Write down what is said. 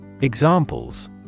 Examples